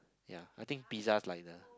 ya I think pizza's like a